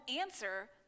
answer